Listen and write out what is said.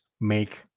make